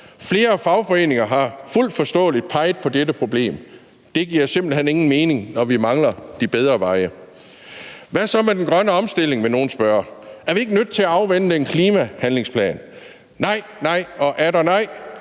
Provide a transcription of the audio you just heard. Flere fagforeninger har – fuldt forståeligt – peget på dette problem, for det giver simpelt hen ingen mening, når vi mangler de bedre veje. Kl. 20:02 Hvad så med den grønne omstilling? vil nogle spørge. Er vi ikke nødt til at afvente en klimahandlingsplan? Nej, nej og atter nej!